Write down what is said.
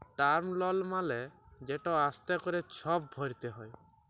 term লল মালে যেট আস্তে ক্যরে ছব ভরতে হ্যয়